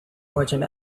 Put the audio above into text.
merchant